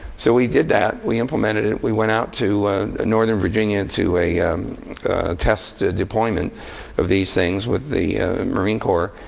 so we did that. we implemented it. we went out to northern virginia to a test deployment of these things with the marine corps.